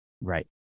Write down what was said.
Right